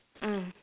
mm